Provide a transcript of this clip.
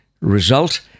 Result